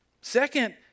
Second